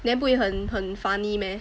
then 不会很很 funny meh